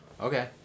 Okay